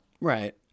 Right